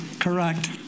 correct